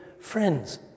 Friends